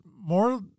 more